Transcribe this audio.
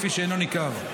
לפי שאינו ניכר.